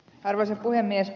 arvoisa puhemies